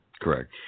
Correct